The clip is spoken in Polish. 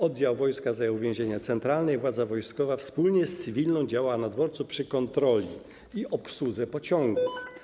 Oddział wojska zajął więzienia centralne i władza wojskowa wspólnie z cywilną działała na dworcu przy kontroli i obsłudze pociągów.